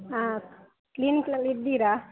ಹಾಂ ಕ್ಲಿನಿಕಲ್ಲಿ ಇದ್ದೀರ